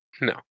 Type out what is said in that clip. No